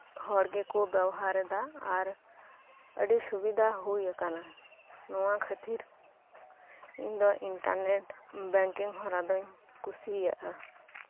ᱦᱚᱲᱜᱮᱠᱩ ᱵᱮᱣᱦᱟᱨᱮᱫᱟ ᱟᱨ ᱟᱹᱰᱤ ᱥᱩᱵᱤᱫᱷᱟ ᱦᱩᱭ ᱟᱠᱟᱱᱟ ᱱᱚᱣᱟ ᱠᱷᱟᱹᱛᱤᱨ ᱤᱧᱫᱚ ᱤᱱᱴᱟᱨᱱᱮᱴ ᱵᱮᱝᱠᱤᱝ ᱦᱚᱨᱟ ᱫᱚᱧ ᱠᱩᱥᱤᱭᱟᱜᱼᱟ